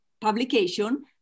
publication-